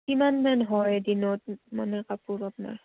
কিমানমান হয় এদিনত মানে কাপোৰ আপোনাৰ